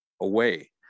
away